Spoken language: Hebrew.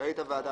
רשאית הוועדה,